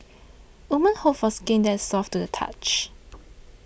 women hope for skin that is soft to the touch